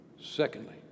Secondly